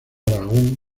aragón